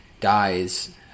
Dies